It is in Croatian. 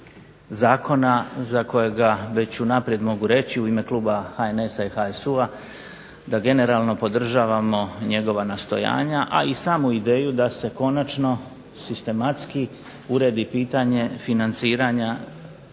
zakona za kojega već unaprijed mogu reći u ime kluba HNS-a i HSU-a da generalno podržavamo njegova nastojanja, a i samu ideju da se konačno sistematski uredi pitanje financiranja